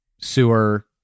sewer